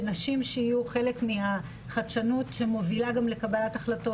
ונשים שיהיו חלק מהחדשנות שמובילה גם לקבלת החלטות